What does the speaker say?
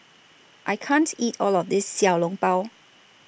I can't eat All of This Xiao Long Bao